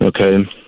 okay